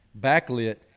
backlit